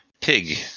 pig